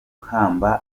kamba